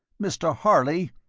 mr. harley,